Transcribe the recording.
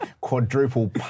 Quadruple